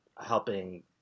helping